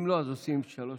עד